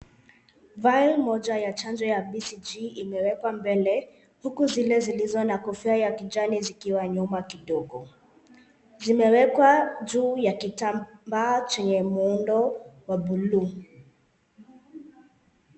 Vayo moja ya chanjo ya BCG imewekwa mbele huku zile zilizo na kofia ya kijani zikiwa nyuma kidogo. Zimewekwa juu ya kitambaa chenye muundo wa buluu.